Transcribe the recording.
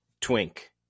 twink